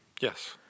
Yes